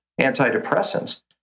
antidepressants